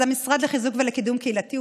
אז המשרד לחיזוק ולקידום קהילתי,